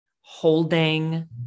holding